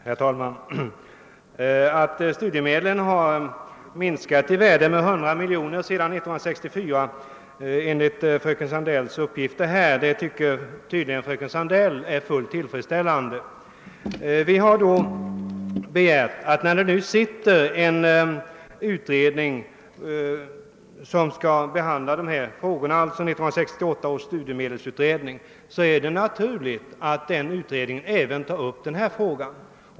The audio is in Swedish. Herr talman! Att studiemedlen enligt fröken Sandells uppgifter har minskat i värde med 100 miljoner kronor sedan 1964 tycker tydligen fröken Sandell är fullt tillfredsställande. När nu 1968 års studiemedelsutredning arbetar har vi ansett det vara naturligt att utredningen tar upp även denna fråga.